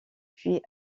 puis